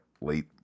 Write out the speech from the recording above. late